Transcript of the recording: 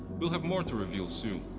we'll have more to reveal soon,